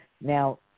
Now